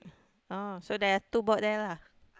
oh so there are two board there lah